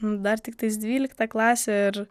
dar tiktais dvylikta klasė ir